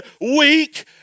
weak